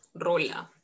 rola